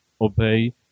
obey